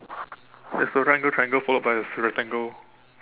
there's a right angled triangle followed by a rectangle